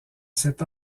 cet